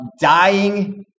dying